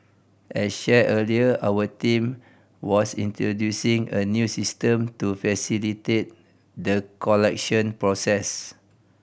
as shared earlier our team was introducing a new system to facilitate the collection process